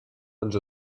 ens